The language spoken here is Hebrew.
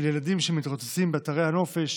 של ילדים שמתרוצצים באתרי הנופש